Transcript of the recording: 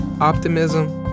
optimism